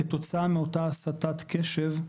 כתוצאה מאותה הסטת קשב,